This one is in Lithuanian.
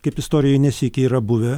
kaip istorijoje nesyk yra buvę